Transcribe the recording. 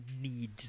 need